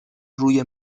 روی